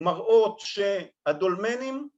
‫מראות שהדולמנים...